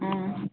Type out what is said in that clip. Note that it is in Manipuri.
ꯎꯝ